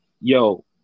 yo